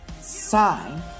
sign